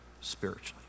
spiritually